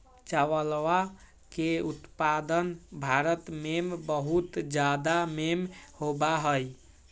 चावलवा के उत्पादन भारत में बहुत जादा में होबा हई